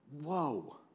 whoa